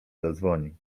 zadzwoni